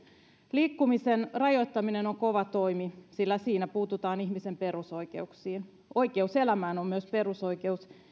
liikkumisen rajoittaminen on kova toimi sillä siinä puututaan ihmisen perusoikeuksiin oikeus elämään on myös perusoikeus